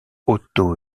otto